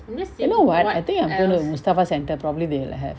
you know what I think I'm going to mustafa centre probably they will like have